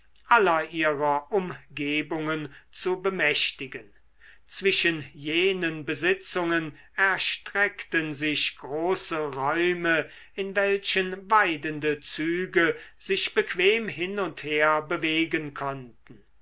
aller ihrer umgebungen zu bemächtigen zwischen jenen besitzungen erstreckten sich große räume in welchen weidende züge sich bequem hin und her bewegen konnten